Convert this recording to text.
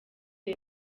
the